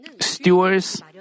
Stewards